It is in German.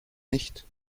nicht